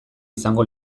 izango